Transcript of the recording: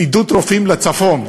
עידוד מעבר רופאים לצפון.